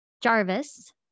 Jarvis